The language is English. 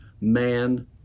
man